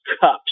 cups